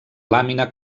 làmina